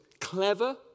clever